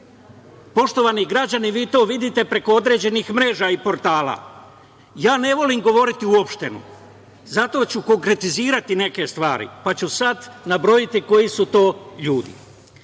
građana. Poštovani građani, vi to vidite preko određenih mreža i portala. Ja ne volim govoriti uopšteno, zato ću konkretizirati neke stvari, pa ću sad nabrojati koji su to ljudi.